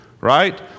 right